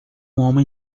homem